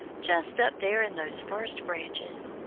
just up there in those first branches.